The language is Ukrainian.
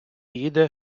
їде